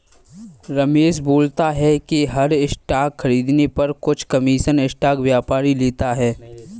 रमेश बोलता है कि हर स्टॉक खरीदने पर कुछ कमीशन स्टॉक व्यापारी लेता है